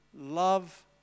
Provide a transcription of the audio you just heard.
love